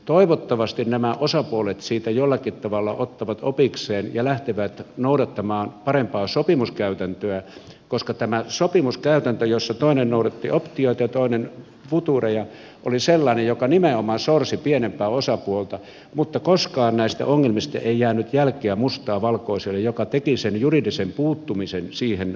toivottavasti nämä osapuolet siitä jollakin tavalla ottavat opikseen ja lähtevät noudattamaan parempaa sopimuskäytäntöä koska tämä sopimuskäytäntö jossa toinen noudatti optioita ja toinen futuureja oli sellainen joka nimenomaan sorsi pienempää osapuolta mutta koskaan näistä ongelmista ei jäänyt jälkeä mustaa valkoiselle mikä teki juridisen puuttumisen siihen vaikeaksi